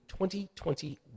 2021